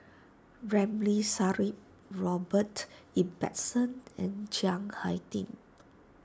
Ramli Sarip Robert Ibbetson and Chiang Hai Ding